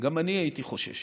גם אני הייתי חושש